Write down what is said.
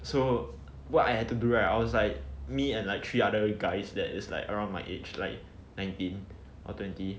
so what I had to do right I was like me and like three other guys that is like around my age like nineteen or twenty